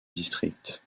district